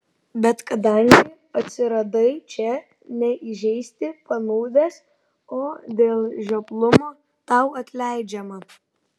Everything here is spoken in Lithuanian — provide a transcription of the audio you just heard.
bet kadangi atsiradai čia ne įžeisti panūdęs o dėl žioplumo tau atleidžiama